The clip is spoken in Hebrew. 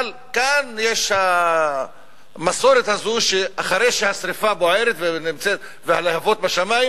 אבל כאן יש המסורת הזו שאחרי שהשרפה בוערת והלהבות בשמים,